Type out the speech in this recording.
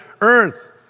Earth